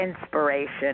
inspiration